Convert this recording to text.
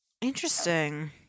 Interesting